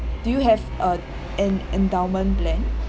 do you have a an endowment plan